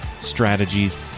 strategies